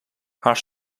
haar